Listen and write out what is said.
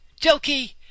Jokey